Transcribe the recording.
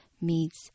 meets